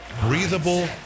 breathable